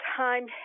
time